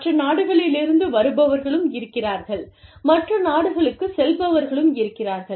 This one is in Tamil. மற்ற நாடுகளிலிருந்து வருபவர்களும் இருக்கிறார்கள் மற்ற நாடுகளுக்குச் செல்பவர்களும் இருக்கிறார்கள்